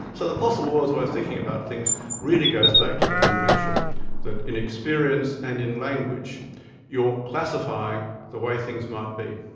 so the possible worlds way of thinking about things really goes back to the conviction that in experience and in language you're classifying the way things might be.